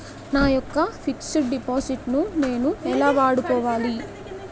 నా యెక్క fixed deposit ను నేను ఎలా వాడుకోవాలి?